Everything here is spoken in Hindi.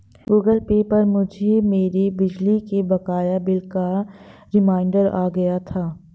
गूगल पे पर मुझे मेरे बिजली के बकाया बिल का रिमाइन्डर आ गया था